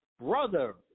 Brother